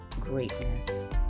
greatness